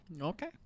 Okay